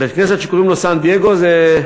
בית-הכנסת שקוראים לו סן-דייגו זה,